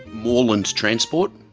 moreland transport?